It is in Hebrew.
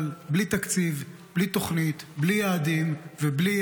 אבל בלי תקציב, בלי תוכנית, בלי יעדים ובלי